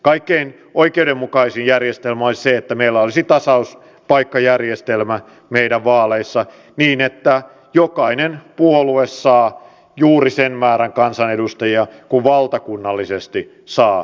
kaikkein oikeudenmukaisin järjestelmä olisi se että meillä olisi tasauspaikkajärjestelmä meidän vaaleissa niin että jokainen puolue saa juuri sen määrän kansanedustajia kuin valtakunnallisesti saa kannatusta